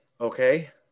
Okay